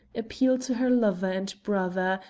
appeal to her lover and brother,